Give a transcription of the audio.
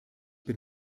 bin